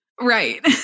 Right